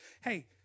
hey